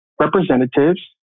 representatives